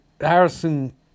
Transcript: Harrison